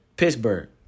Pittsburgh